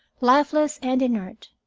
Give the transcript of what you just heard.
lifeless and inert,